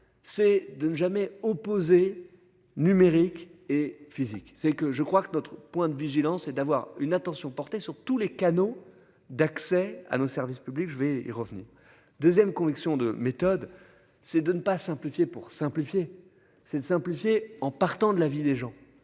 c'est de ne jamais opposé numériques et physiques, c'est que je crois que notre point de vigilance et d'avoir une attention portée sur tous les canaux d'accès à nos services publics je vais est revenu 2ème conviction de méthode, c'est de ne pas simplifier pour simplifier. Simplifier en partant de la ville, les gens